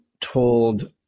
told